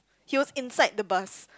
he was inside the bus